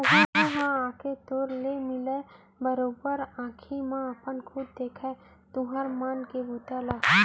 ओहूँ ह आके तोर ले मिलय, बरोबर आंखी म अपन खुद देखय तुँहर मन के बूता ल